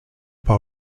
par